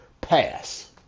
pass